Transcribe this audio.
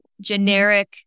generic